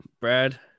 Brad